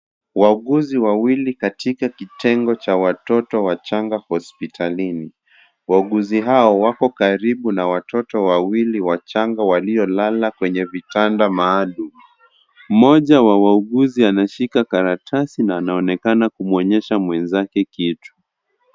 Wauguzi wawili katika kitengo cha watoto wachanga hospitalini , wauguzi hawa wako karibu na watoto wawili wachanga waliolala kwenye vitanda maalum. Mmoja wa wauguzi anashika karatasi na anaonekana kumwonyesha mwenzake kitu.